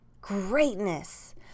greatness